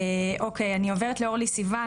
אני עוברת לאורלי סיוון,